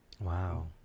wow